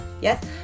Yes